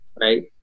right